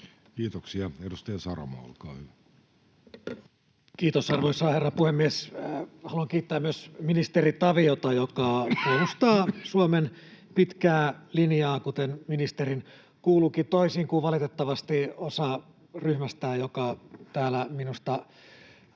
hallinnonala Time: 15:22 Content: Kiitos, arvoisa herra puhemies! Haluan kiittää myös ministeri Taviota, joka puolustaa Suomen pitkää linjaa, kuten ministerin kuuluukin, toisin kuin valitettavasti osa ryhmästään, jonka kaikki puheenvuorot